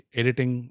editing